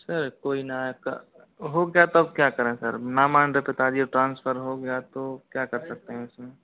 sir कोई ना हो गया तो अब क्या करें सर ना मान रहे पिताजी अब ट्रान्सफर हो गया तो क्या कर सकते हैं इसमें